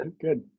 Good